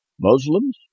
Muslims